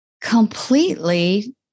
completely